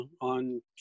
on